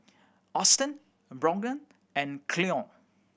Austen Brogan and Cleone